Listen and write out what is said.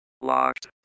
locked